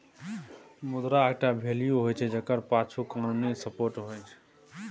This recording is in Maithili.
मुद्रा एकटा वैल्यू होइ छै जकर पाछु कानुनी सपोर्ट होइ छै